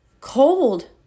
cold